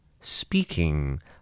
Speaking